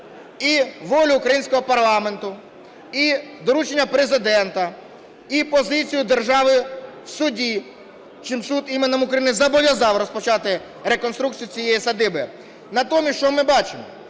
і волю українського парламенту, і доручення Президента, і позицію держави в суді, хоча суд іменем України зобов'язав розпочати реконструкцію цієї садиби. Натомість що ми бачимо?